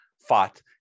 fought